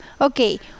okay